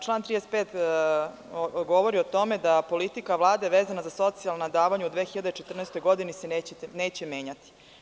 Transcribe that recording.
Član 35. govori o tome da se politika Vlade vezana za socijalna davanja u 2014. godini neće menjati.